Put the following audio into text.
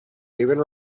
even